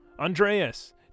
Andreas